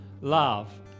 love